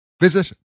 Visit